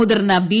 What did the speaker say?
മുതിർന്ന ബി